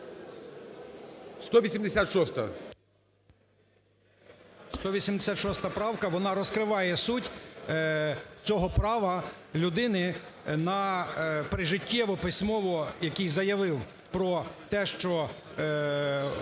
186 правка, вона розкриває суть цього права людини на прижиттєво, письмово… який заявив про те, що